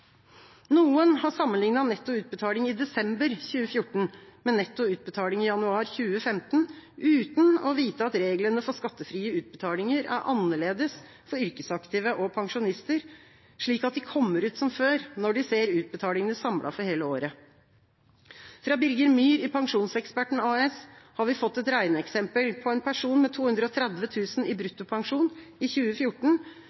Noen har sammenlignet netto utbetaling i desember 2014 med netto utbetaling i januar 2015 uten å vite at reglene for skattefrie utbetalinger er annerledes for yrkesaktive og pensjonister – slik at de kommer ut som før, når de ser utbetalingene samlet for hele året. Fra Birger Myhr i Pensjonseksperten AS har vi fått et regneeksempel for en person med 230 000 kr i brutto pensjon i 2014